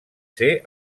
ser